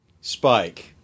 Spike